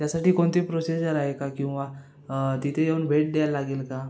त्यासाठी कोणते प्रोसिजर आहे का किंवा तिथे येऊन भेट द्यायला लागेल का